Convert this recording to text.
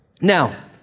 Now